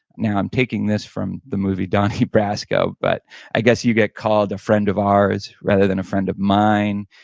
now i'm taking this from the movie donnie brasco. but i guess you get called a friend of ours rather than a friend of mine,